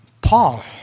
Paul